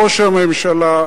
ראש הממשלה,